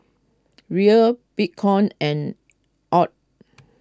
Riel Bitcoin and Aud